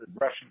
Russian